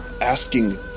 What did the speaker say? asking